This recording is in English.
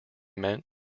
meant